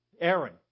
Aaron